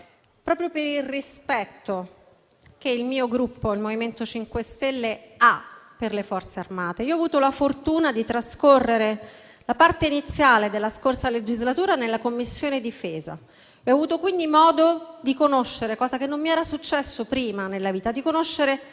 proprio per il rispetto che il mio Gruppo, il MoVimento 5 Stelle, ha per le Forze armate. Io ho avuto la fortuna di trascorrere la parte iniziale della scorsa legislatura nella Commissione difesa e ho avuto modo di conoscere da vicino - cosa che non mi era successo prima nella vita - gli uomini e